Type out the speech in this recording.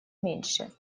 меньше